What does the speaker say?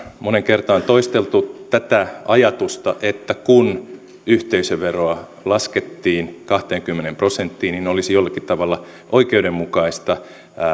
moneen kertaan toisteltu tätä ajatusta että kun yhteisöveroa laskettiin kahteenkymmeneen prosenttiin niin olisi jollakin tavalla oikeudenmukaista